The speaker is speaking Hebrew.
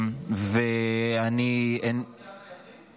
בהחלט, חד-משמעית.